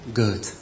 good